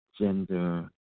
gender